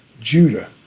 Judah